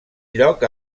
lloc